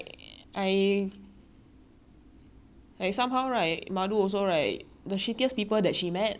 like somehow right madu also right the shittiest people that she met are the business kids